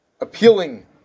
appealing